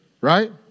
right